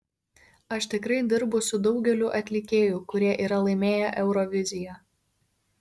aš tikrai dirbu su daugeliu atlikėjų kurie yra laimėję euroviziją